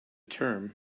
term